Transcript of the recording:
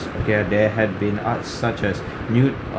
okay ah there had been arts such as nude art